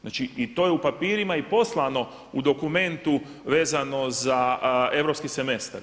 Znači i to je u papirima i poslano u dokumentu vezano za europski semestar.